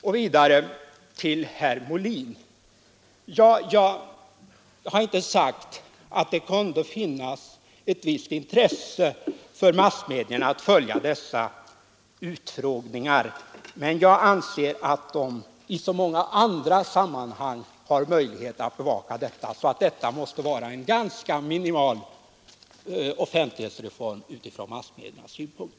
Jag har sagt, herr Molin, att det kunde finnas ett visst intresse för massmedier att följa utfrågningar i utskotten, men jag anser att de i så många andra sammanhang har möjlighet att bevaka riksdagsarbetet, att det måste vara fråga om en ganska minimal offentlighetsreform från massmediernas synpunkt.